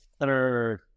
third